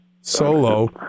Solo